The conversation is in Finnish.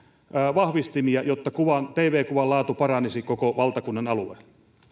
vahvistimia jotta tv kuvan laatu paranisi koko valtakunnan alueella